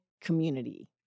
community